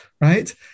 right